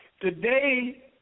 today